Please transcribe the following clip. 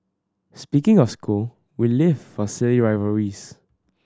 speaking of school we live for silly rivalries